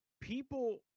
people